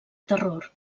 terror